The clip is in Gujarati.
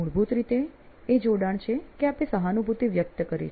મૂળભૂત રીતે એ જોડાણ છે કે આપે સહાનુભૂતિ વ્યક્ત કરી છે